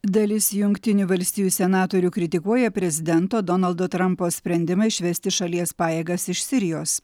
dalis jungtinių valstijų senatorių kritikuoja prezidento donaldo trampo sprendimą išvesti šalies pajėgas iš sirijos